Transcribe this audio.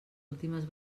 últimes